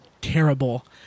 terrible